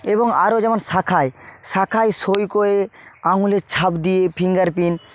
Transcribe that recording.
এবং আরো যেমন শাখায় শাখায় সই করে আঙুলের ছাপ দিয়ে ফিঙ্গার প্রিন্ট